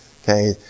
Okay